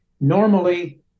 Normally